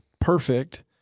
perfect